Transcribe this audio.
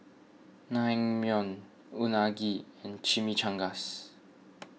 Naengmyeon Unagi and Chimichangas